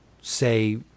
say